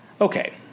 Okay